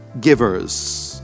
givers